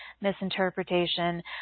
misinterpretation